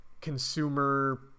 consumer